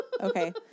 Okay